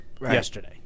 yesterday